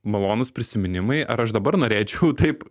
malonūs prisiminimai ar aš dabar norėčiau taip